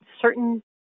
certain